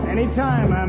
Anytime